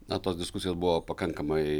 na tos diskusijos buvo pakankamai